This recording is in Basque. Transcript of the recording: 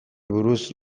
buruz